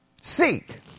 Seek